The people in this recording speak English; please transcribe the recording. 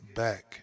back